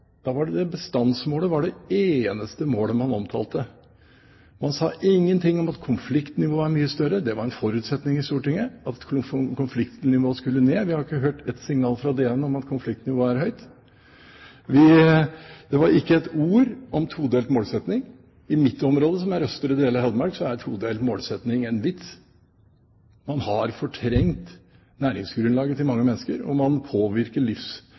Da var bestandsmålet det eneste målet man omtalte. Man sa ingenting om at konfliktnivået var mye større. Det var en forutsetning i Stortinget at konfliktnivået skulle ned. Vi har ikke hørt et signal fra DN om at konfliktnivået er høyt. Det var ikke et ord om todelt målsetting. I mitt område, som er Østre del av Hedmark, er todelt målsetting en vits. Man har fortrengt næringsgrunnlaget til mange mennesker, og man påvirker